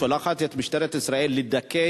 שולחת את משטרת ישראל לדכא